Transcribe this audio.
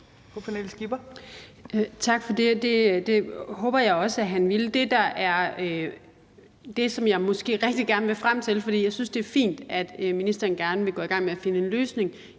Pernille Skipper (EL): Tak for det. Det håber jeg også han ville. Det, som jeg måske rigtig gerne vil frem til, for jeg synes, det er fint, at ministeren gerne vil gå i gang med at finde en løsning,